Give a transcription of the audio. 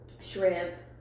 shrimp